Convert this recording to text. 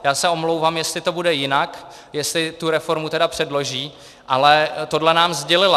Já se omlouvám, jestli to bude jinak, jestli tu reformu předloží, ale tohle nám sdělila.